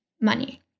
money